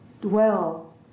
dwell